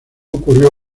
ocurrió